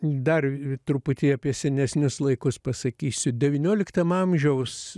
dar truputį apie senesnius laikus pasakysiu devynioliktam amžiaus